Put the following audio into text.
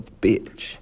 bitch